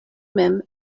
mem